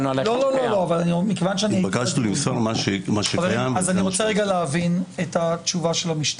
אני רוצה רגע להבין את התשובה של המשטרה.